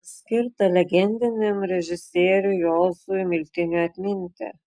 skirta legendiniam režisieriui juozui miltiniui atminti